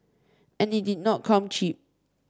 and it did not come cheap